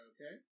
Okay